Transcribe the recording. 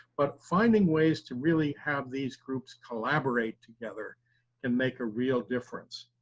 but finding ways to really have these groups collaborate together and make a real difference.